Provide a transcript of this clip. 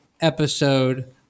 episode